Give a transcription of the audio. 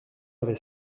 avait